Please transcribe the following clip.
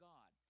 God